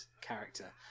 character